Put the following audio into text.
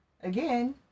again